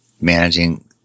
managing